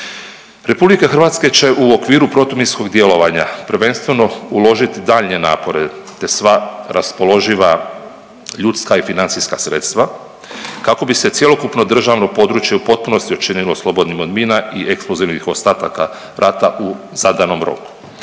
vlasti. RH će u okviru protuminskog djelovanja prvenstveno uložiti daljnje napore te sva raspoloživa ljudska i financijska sredstva kako bi se cjelokupno državno područje u potpunosti učinilo slobodnim od mina i eksplozivnih ostataka rata u zadanom roku.